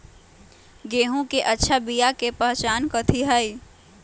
गेंहू के अच्छा बिया के पहचान कथि हई?